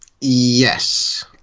Yes